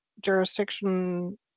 jurisdiction